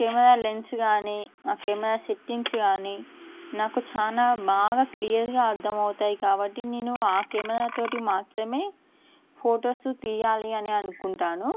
camera lens కానీ ఆ camera settings కానీ నాకు చాలా బాగా క్లియర్గా అర్థమవుతాయి కాబట్టి నేను ఆ కెమెరా తోటి మాత్రమే ఫొటోస్ తీయాలి అని అనుకుంటాను